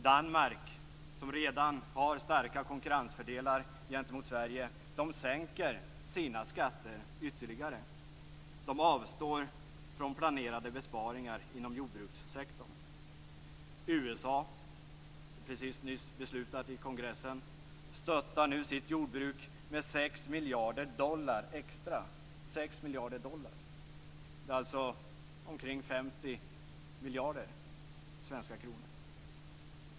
Danmark, som redan har starka konkurrensfördelar gentemot Sverige, sänker sina skatter ytterligare. De avstår från planerade besparingar inom jordbrukssektorn. I USA har kongressen precis beslutat att stödja sitt jordbruk med 6 miljarder dollar extra. 6 miljarder dollar - det är alltså omkring 50 miljarder i svenska kronor.